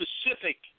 specific